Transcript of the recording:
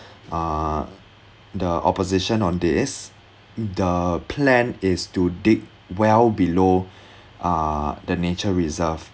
uh the opposition on this the plan is to dig well below uh the nature reserve